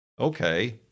Okay